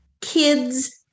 kids